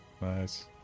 nice